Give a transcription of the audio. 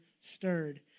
stirred